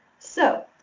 so,